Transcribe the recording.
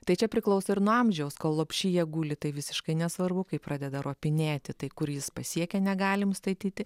tai čia priklauso ir nuo amžiaus kol lopšyje guli tai visiškai nesvarbu kai pradeda ropinėti tai kur jis pasiekia negalim statyti